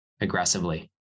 aggressively